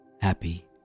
happy